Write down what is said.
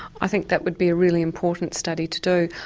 i think that would be a really important study to do.